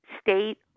state